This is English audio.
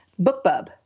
BookBub